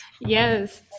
Yes